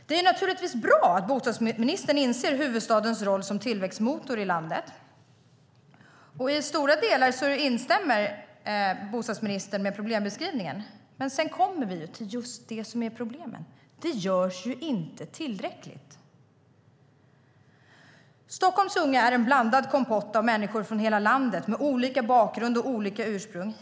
Det är naturligtvis bra att bostadsministern inser huvudstadens roll som tillväxtmotor i landet. I stora delar instämmer bostadsministern i problembeskrivningen. Men sedan kommer vi till det som är problemet: Det görs inte tillräckligt. Stockholms unga är en blandad kompott av människor från hela landet med olika bakgrund och olika ursprung.